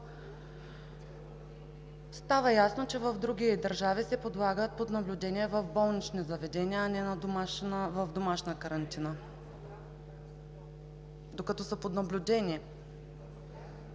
става ясно, че в други държави се подлагат под наблюдение в болнични заведения, а не под домашна карантина? (Реплика от народния